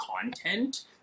content